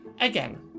Again